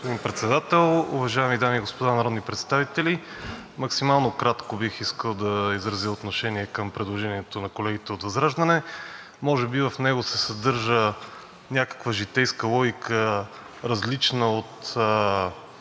Уважаеми господин Председател, уважаеми дами и господа народни представители! Максимално кратко бих искал да изразя отношение към предложението на колегите от ВЪЗРАЖДАНЕ. Може би в него се съдържа някаква житейска логика, различна от